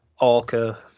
orca